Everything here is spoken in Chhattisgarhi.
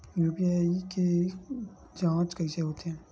यू.पी.आई के के जांच कइसे होथे?